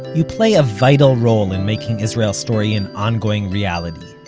you play a vital role in making israel story an ongoing reality.